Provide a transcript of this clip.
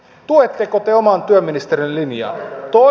tuetteko te oman työministerinne linjaa